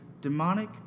demonic